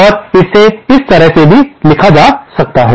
और इसे इस तरह से भी लिखा जा सकता है